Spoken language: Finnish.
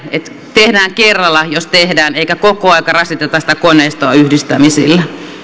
tehdään kerralla jos tehdään eikä koko aika rasiteta sitä koneistoa yhdistämisillä